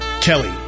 Kelly